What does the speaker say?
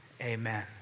Amen